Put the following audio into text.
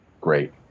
great